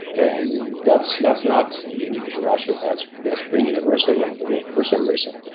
and that's that's not unique to russia. that's that's pretty universal around the world, for some reason.